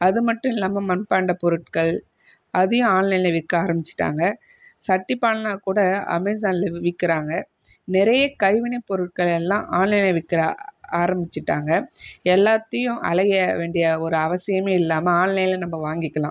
அது மட்டும் இல்லாமல் மண்பாண்டம் பொருட்கள் அதையும் ஆன்லைனில் விற்க ஆரம்பிச்சிட்டாங்க சட்டி பானைலாம் கூட அமேசானில் விக்கிறாங்க நிறைய கைவினை பொருட்கள் எல்லாம் ஆன்லைனில் விற்கிற ஆரம்பிச்சிட்டாங்க எல்லாத்தையும் அலைய வேண்டிய ஒரு அவசியம் இல்லாமல் ஆன்லைன்லேயே நம்ம வாங்கிக்கலாம்